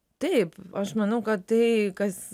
taip aš manau kad tai kas